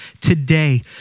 today